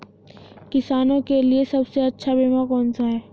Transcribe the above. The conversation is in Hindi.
किसानों के लिए सबसे अच्छा बीमा कौन सा है?